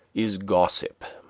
is gossip,